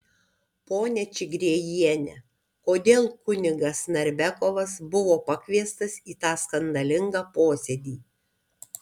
ponia čigriejiene kodėl kunigas narbekovas buvo pakviestas į tą skandalingą posėdį